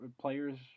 players